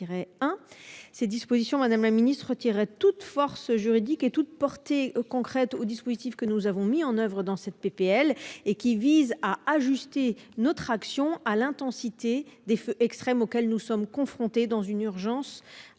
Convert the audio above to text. Ces dispositions Madame la Ministre toute force juridique et toute portée concrète au dispositif que nous avons mis en oeuvre dans cette PPL et qui vise à ajuster notre action à l'intensité. Des feux extrêmes auxquelles nous sommes confrontés dans une urgence.